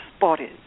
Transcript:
bodies